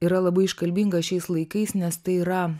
yra labai iškalbingas šiais laikais nes tai yra